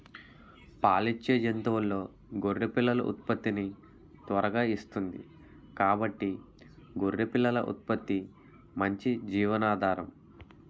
పాలిచ్చే జంతువుల్లో గొర్రె పిల్లలు ఉత్పత్తిని త్వరగా ఇస్తుంది కాబట్టి గొర్రె పిల్లల ఉత్పత్తి మంచి జీవనాధారం